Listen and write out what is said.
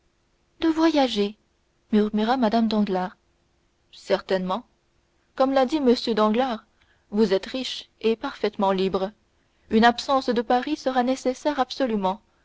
de voyager murmura madame danglars certainement comme l'a dit m danglars vous êtes riche et parfaitement libre une absence de paris sera nécessaire absolument